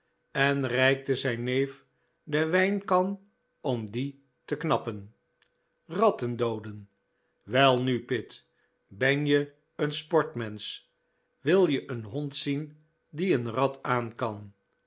open reikte zijn neef de wijnkan om die te knappen ratten dooden welnu pitt ben je een sportmensch wil je een hond zien die een rat aankan ja